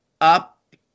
up